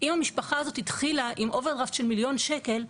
אם המשפחה הזאת התחילה עם אוברדרפט של מיליון שקל,